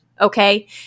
okay